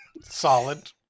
solid